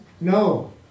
No